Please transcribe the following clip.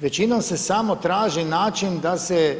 Većinom se samo traži način da se